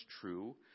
true